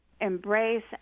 embrace